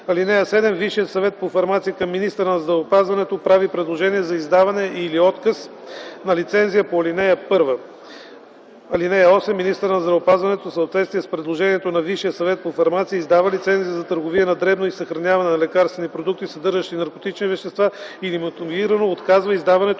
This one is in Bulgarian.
(7) Висшият съвет по фармация към министъра на здравеопазването прави предложение за издаване или за отказ на лицензия по ал. 1. (8) Министърът на здравеопазването в съответствие с предложението на Висшия съвет по фармация издава лицензия за търговия на дребно и съхраняване на лекарствени продукти, съдържащи наркотични вещества, или мотивирано отказва издаването